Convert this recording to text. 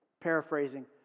paraphrasing